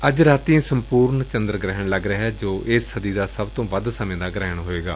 ਅੱਜ ਰਾਤੀਂ ਸੰਪੂਰਨ ਚੰਦਰ ਗ੍ਹਿਣ ਲੱਗ ਰਿਹੈ ਜੋ ਇਸ ਸਦੀ ਦਾ ਸਭ ਤੋਂ ਵੱਧ ਸਮੇਂ ਦਾ ਗ੍ਹਿਣ ਹੋਵੇਗਾ